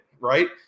right